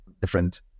different